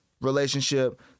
relationship